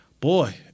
boy